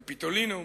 קפיטולינום.